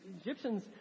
Egyptians